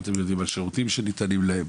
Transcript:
מה אתם יודעים על השירותים שניתנים להם,